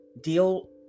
deal